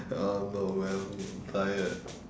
I don't know man I'm tired